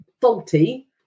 faulty